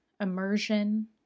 immersion